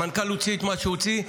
המנכ"ל הוציא את מה שהוא הוציא.